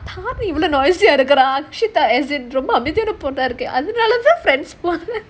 tharani ரொம்ப அமைதியா இருக்கறா:romba amaithiyaa irukkuraa friends அமைதியானபொண்ண இருக்கே அதுனாலதான்:amaithiyaana ponna irukkae adhanalathaan